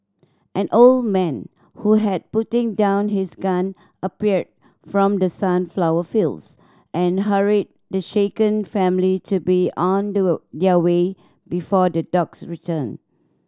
an old man who had putting down his gun appeared from the sunflower fields and hurried the shaken family to be on their way before the dogs return